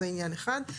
זה עניין אחד.